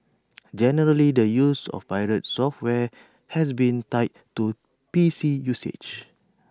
generally the use of pirated software has been tied to P C usage